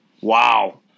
Wow